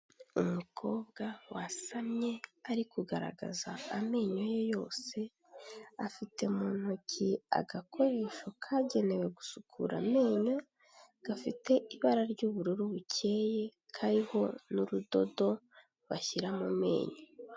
Umukobwa wasamye ari kugaragaza amenyo ye yose afite mu ntoki agakoresho kagenewe gusukura amenyo, gafite ibara ry'ubururu bukeye kariho n'urudodo bashyira mu menyo.